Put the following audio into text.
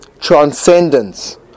transcendence